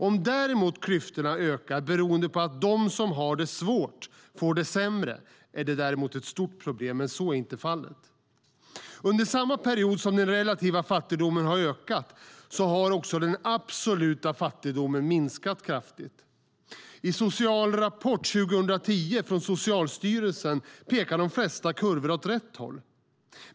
Om däremot klyftorna ökar beroende på att de som har det svårt får det sämre är det ett stort problem, men så är inte fallet. Under samma period som den relativa fattigdomen har ökat har den absoluta fattigdomen minskat kraftigt. I Social rapport 2010 från Socialstyrelsen pekar de flesta kurvor åt rätt håll.